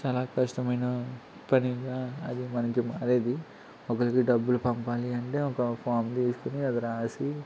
చాల కష్టమైన పనిగా అది మనకు మారేది ఒకరికి డబ్బులు పంపాలి అంటే ఒక ఫామ్ తీసుకొని అది రాసి